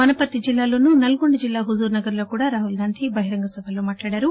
వనపర్తి జిల్లాలోనూ నల్గొండ జిల్లా హుజూర్ నగర్ లో కూడా రాహుల్ గాంధీ బహిరంగసభల్లో మాట్లాడారు